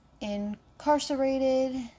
incarcerated